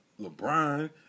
LeBron